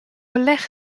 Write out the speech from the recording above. beleg